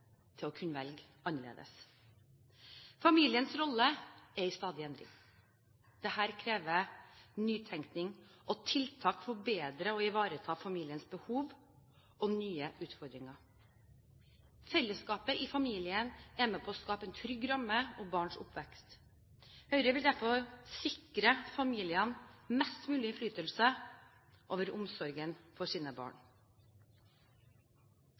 til å kunne velge annerledes. Familiens rolle er i stadig endring. Dette krever nytenkning og tiltak for bedre å ivareta familiens behov og nye utfordringer. Fellesskapet i familien er med på å skape en trygg ramme om barns oppvekst. Høyre vil derfor sikre familiene mest mulig innflytelse over omsorgen for sine barn.